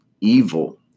evil